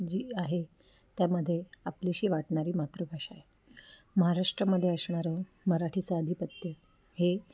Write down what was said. जी आहे त्यामध्ये आपलीशी वाटणारी मातृभाषा आहे महाराष्ट्रामध्ये असणारं मराठीचं अधिपत्य हे